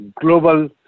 global